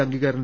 അംഗീകാരം